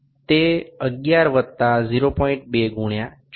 এটি ১১ যুক্ত ০২ গুণিতক ৪৪